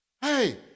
Hey